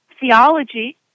theology